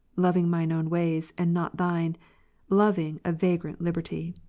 loving mine own ways, and not thine loving a vagrant liberty.